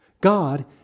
God